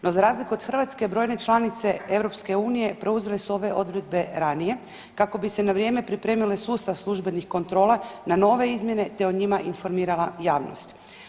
No za razliku od Hrvatske brojne članice EU preuzele su ove odredbe ranije kako bi se na vrijeme pripremile sustav službenih kontrola na nove izmjene, te o njima informirala javnost.